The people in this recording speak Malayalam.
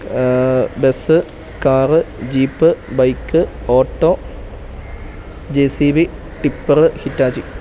bus car jeep bike auto J C B tipper Hitachi